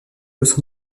los